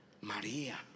María